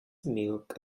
milk